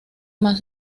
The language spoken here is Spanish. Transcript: más